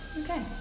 Okay